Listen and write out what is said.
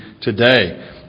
today